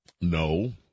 No